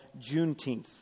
Juneteenth